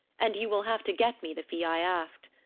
and you will have to get me the fee i asked.